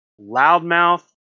Loudmouth